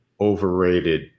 overrated